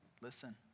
Listen